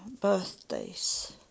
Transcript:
birthdays